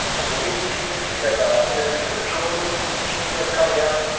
in the news piece, we have a this week in petroleum piece that's coming out.